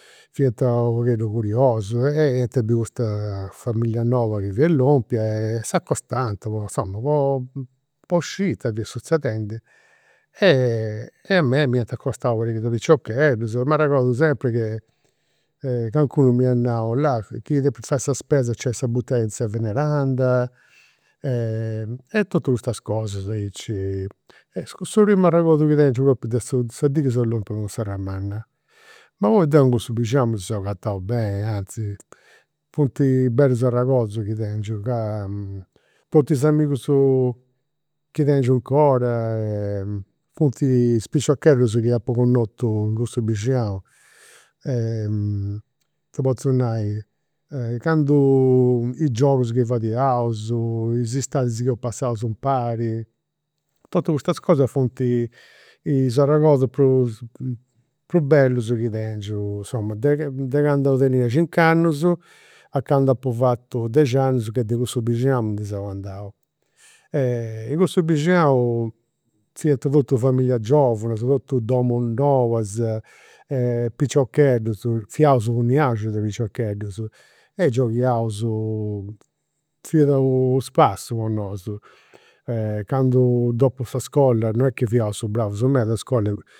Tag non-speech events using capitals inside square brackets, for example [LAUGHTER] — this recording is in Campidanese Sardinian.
Fiant u' pagheddu curiosus, iant biu custa familia noba chi fiat lompia e s'acostant po, insoma, po [HESITATION] po sciri ita fiat suzedendi. E a mei m'iant acostau una pariga de piciocheddus, m'arregodu sempri che calincunu m'iat nau, [HESITATION] chi depis fai sa spesa nc'est sa butega de tzia Veneranda, [HESITATION] e totus custas cosas aici. E su primu arregodu chi tengiu propriu de su [HESITATION] sa dì chi seu lompiu in Serramanna. Ma poi deu in cussu bixinau mi seu agatau beni, anzi, funt bellus arregodus chi tengiu ca funt is amigus chi tengiu 'ncora, funt is piciocheddus chi apu connotu in cussu bixinau. [HESITATION] Ita potzu nai, candu i' giogus chi fadiaus, is istadis chi eus passaus impari. Totus custas cosas funt is arregodus prus [HESITATION] prus bellus chi tengiu, insoma, de che [HESITATION] de candu tenia cinc'annus a candu apu fatu dexiannus che de cussu bixinau mi ndi seu andau. E in cussu [UNINTELLIGIBLE] fiant totus familias giovanas, totu domus nobas e piciocheddus, fiaus u' iasci de piciocheddus. E gioghiaus, fiat u' spassiu po nosu. E candu, dopu sa iscola, non est chi fiaus bravus meda a iscola